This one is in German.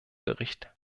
bericht